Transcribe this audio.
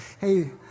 hey